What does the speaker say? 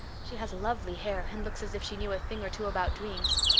she has lovely hair, and looks as if she knew a thing or two about dreams.